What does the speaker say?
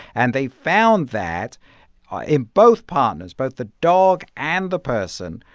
and they found that in both partners, both the dog and the person,